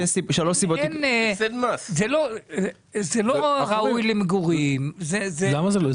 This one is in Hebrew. זה לא ראוי למגורים --- למה לא?